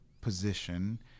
position